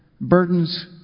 burdens